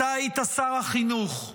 אתה היית שר החינוך.